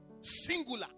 Singular